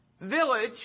village